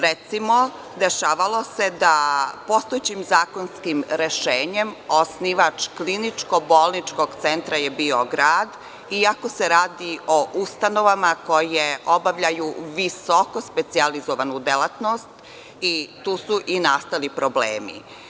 Recimo, dešavalo se da postojećim zakonskim rešenjem osnivač kliničko-bolničkog centra je bio grad, iako se radi o ustanovama koje obavljaju visoko specijalizovanu delatnost i tu su i nastali problemi.